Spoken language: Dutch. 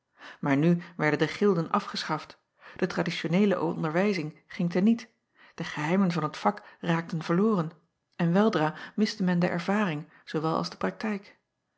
aar nu werden de gilden afgeschaft de traditioneele onderwijzing ging te niet de geheimen van t vak raakten verloren en weldra miste men de ervaring zoowel als de praktijk